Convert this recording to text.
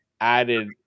added